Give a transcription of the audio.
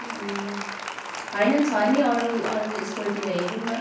ल होइन छ नि अरू अरू स्टोरतिर हेरौँ न